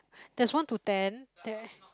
there's one to ten there